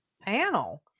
panel